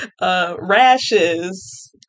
Rashes